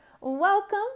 welcome